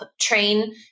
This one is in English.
train